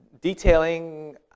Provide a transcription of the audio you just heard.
detailing